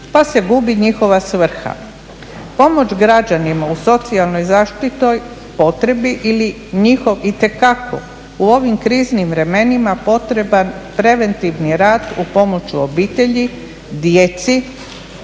pa se gubi njihova svrha. Pomoć građanima u socijalnoj zaštitnoj potrebi ili … itekako u ovim kriznim vremenima potreban preventivni rad u pomoć u obitelji, djeci